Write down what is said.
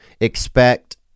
Expect